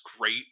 great